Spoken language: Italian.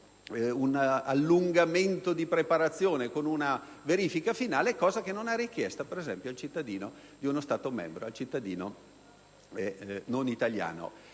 un prolungamento della preparazione e a una verifica finale, cosa che non è richiesta al cittadino di uno Stato membro, al cittadino non italiano.